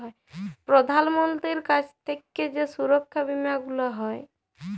প্রধাল মন্ত্রীর কাছ থাক্যে যেই সুরক্ষা বীমা গুলা হ্যয়